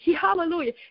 Hallelujah